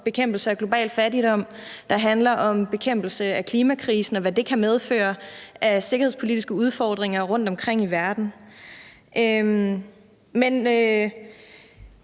bekæmpelse af global fattigdom, og der handler om bekæmpelse af klimakrisen, og hvad det kan medføre af sikkerhedspolitiske udfordringer rundtomkring i verden.